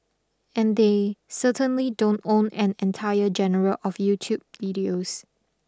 and they certainly don't own an entire general of YouTube videos